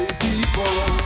people